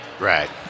Right